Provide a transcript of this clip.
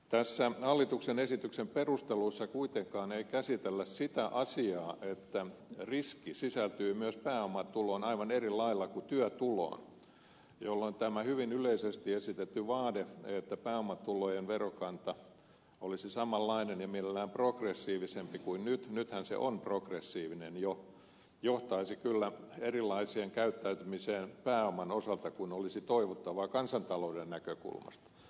tässä hallituksen esityksen perusteluissa kuitenkaan ei käsitellä sitä asiaa että riski sisältyy myös pääomatuloon aivan eri lailla kuin työtuloon jolloin tämä hyvin yleisesti esitetty vaade että pääomatulojen verokanta olisi samanlainen ja mielellään progressiivisempi kuin nyt nythän se on progressiivinen jo johtaisi kyllä erilaiseen käyttäytymiseen pääoman osalta kuin olisi toivottavaa kansantalouden näkökulmasta